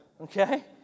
Okay